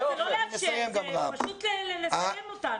לא צריך להתעצבן.